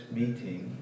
meeting